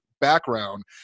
Background